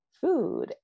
food